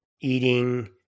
eating